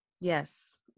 Yes